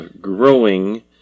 Growing